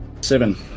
seven